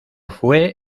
fue